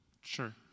Sure